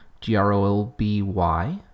G-R-O-L-B-Y